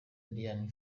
diana